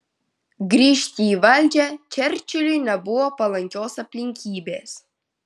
grįžti į valdžią čerčiliui nebuvo palankios aplinkybės